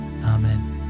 Amen